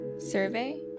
Survey